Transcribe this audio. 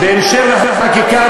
בהמשך לחקיקה,